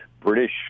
British